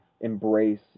embrace